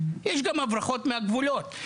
יש גם הברחות מהגבולות,